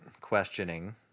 questioning